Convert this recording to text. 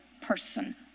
person